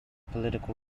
political